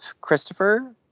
Christopher